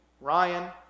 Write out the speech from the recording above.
Ryan